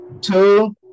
Two